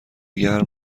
گرم